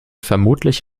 vermutlich